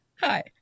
Hi